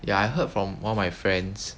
ya I heard from one of my friends